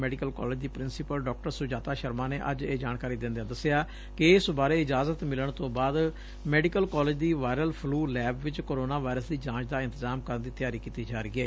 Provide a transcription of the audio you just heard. medical college ਦੀ principal ਡਾ ਸੁਜਾਤਾ ਸ਼ਰਮਾ ਨੇ ਅੱਜ ਇਹ ਜਾਣਕਾਰੀ ਦਿਦਿਆਂ ਦਸਿਆ ਕਿ ਇਸ ਬਾਰੇ ਇਜਾਜ਼ਤ ਮਿਲਣ ਤੋਂ ਬਾਅਦ ਮੈਡੀਕਲ ਕਾਲਜ ਦੀ ਵਾਇਰਲ ਫਲੁ ਲੈਬ ਵਿਚ ਕੋਰੋਨਾ ਵਾਇਰਸ ਦੀ ਜਾਂਚ ਦਾ ਇੰਤਜ਼ਾਮ ਕਰਨ ਦੀ ਤਿਆਰੀ ਕੀਤੀ ਜਾ ਰਹੀ ਏ